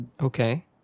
okay